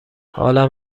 حالم